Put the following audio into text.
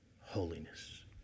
holiness